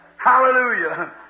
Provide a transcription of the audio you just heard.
Hallelujah